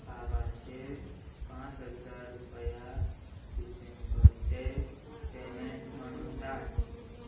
बाबाचेर पांच हजार रुपया डिसेंबरचे पेमेंट म्हणून धाड